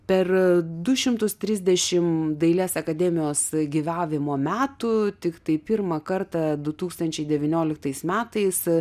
per du šimtus trisdešim dailės akademijos gyvavimo metų tiktai pirmą kartą du tūkstančiai devynioliktais metais